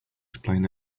explain